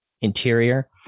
interior